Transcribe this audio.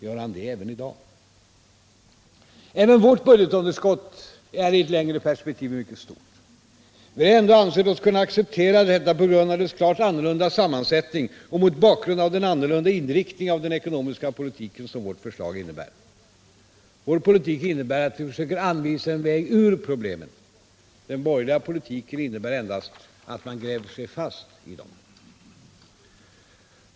Gör han det även i dag? Även vårt budgetunderskott är i ett längre perspektiv mycket stort. Vi har ändå ansett oss kunna acceptera detta på grund av dess klart annorlunda sammansättning och mot bakgrund av den annorlunda inriktning av den ekonomiska politiken som våra förslag innebär. Vår politik innebär att vi försöker anvisa en väg ut ur problemen — den borgerliga politiken innebär endast att man gräver sig fast i dem.